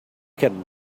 can